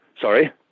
Sorry